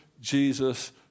Jesus